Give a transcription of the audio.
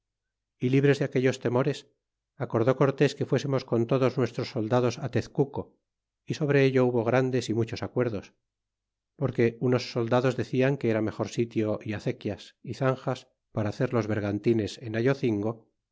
y libres de aquellos temores acordó corles que fuésemos con todos nuestros soldados tezenco é sobre ello hubo grandes y muchos acuerdos porque unos soldados decian que era mejor sitio y acequias y zanjas para hacer los vergantines en